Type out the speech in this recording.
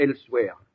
elsewhere